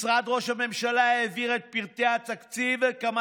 משרד ראש הממשלה העביר את פרטי התקציב כמה